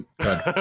good